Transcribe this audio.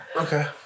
Okay